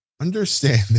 understand